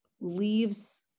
leaves